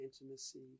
intimacy